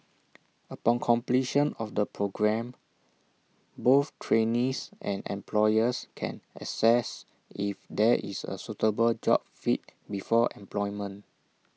upon completion of the programme both trainees and employers can assess if there is A suitable job fit before employment